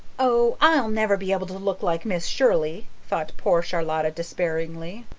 oh, i'll never be able to look like miss shirley, thought poor charlotta despairingly.